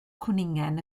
cwningen